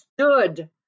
stood